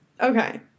Okay